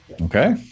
okay